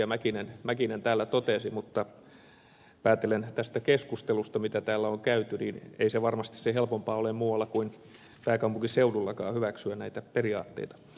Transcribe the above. mäkinen täällä totesi mutta päätellen tästä keskustelusta mitä täällä on käyty ei se varmasti ole muualla sen helpompaa kuin pääkaupunkiseudullakaan hyväksyä näitä periaatteita